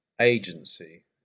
agency